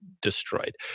destroyed